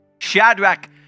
Shadrach